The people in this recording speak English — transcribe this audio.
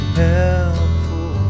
helpful